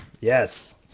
Yes